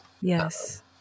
Yes